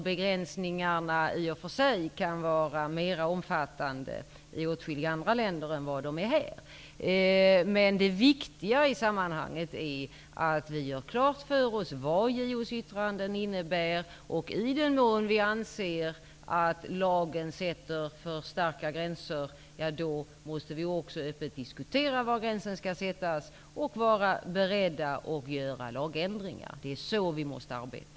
Begränsningarna kan alltså vara mera omfattande i åtskilliga andra länder än vad de är här. Det viktiga i sammanhanget är att vi gör klart för oss vad JO:s yttranden innebär. I den mån vi anser att lagen sätter för starka gränser måste vi också öppet diskutera var gränserna skall sättas och vara beredda att göra lagändringar. Det är så vi måste arbeta.